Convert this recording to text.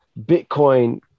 Bitcoin